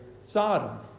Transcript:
Sodom